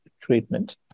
treatment